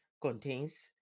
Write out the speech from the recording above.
contains